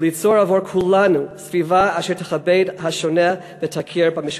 וליצור עבור כולנו סביבה אשר תכבד את השונה ותכיר במשותף?